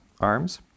arms